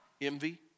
Envy